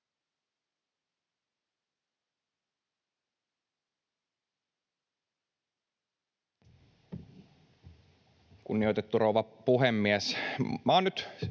Kunnioitettu rouva puhemies!